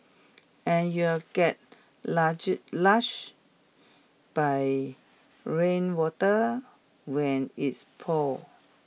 and you'll get large lashed by rainwater when its pours